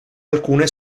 alcune